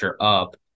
up